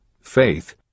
Faith